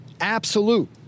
Absolute